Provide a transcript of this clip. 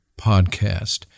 podcast